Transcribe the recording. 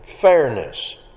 fairness